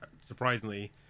Surprisingly